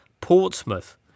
Portsmouth